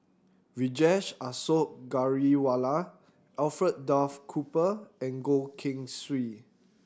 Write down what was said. Vijesh Ashok Ghariwala Alfred Duff Cooper and Goh Keng Swee